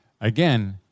Again